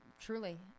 Truly